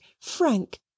frank